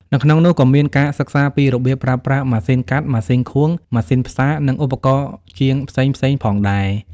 នៅក្នុងនោះក៏មាន ការសិក្សាពីរបៀបប្រើប្រាស់ម៉ាស៊ីនកាត់ ម៉ាស៊ីនខួង ម៉ាស៊ីនផ្សារ និងឧបករណ៍ជាងផ្សេងៗផងដែរ។